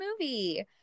movie